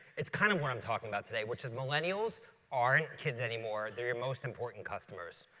it's kind of what i'm talking about today which is millennials aren't kids anymore. they're your most important customers.